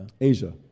Asia